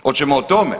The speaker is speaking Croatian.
Hoćemo o tome?